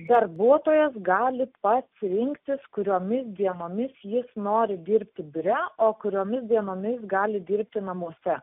darbuotojas gali pats rinktis kuriomis dienomis jis nori dirbti biure o kuriomis dienomis gali dirbti namuose